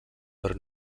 però